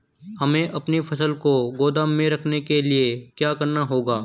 हमें अपनी फसल को गोदाम में रखने के लिये क्या करना होगा?